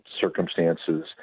circumstances